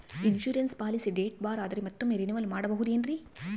Insurance policy date ಬಾರ್ ಆದರೆ ಮತ್ತೊಮ್ಮೆ ರಿನಿವಲ್ ಮಾಡಬಹುದ್ರಿ?